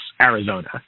Arizona